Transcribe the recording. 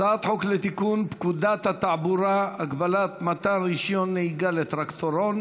הצעת חוק לתיקון פקודת התעבורה (הגבלת מתן רישיון נהיגה לטרקטורון),